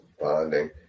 bonding